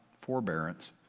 forbearance